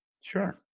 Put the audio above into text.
sure